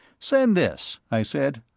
send this, i said.